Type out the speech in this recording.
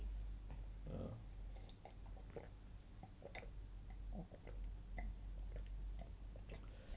err